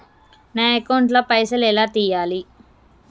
నా అకౌంట్ ల పైసల్ ఎలా తీయాలి?